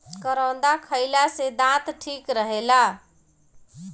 करौदा खईला से दांत ठीक रहेला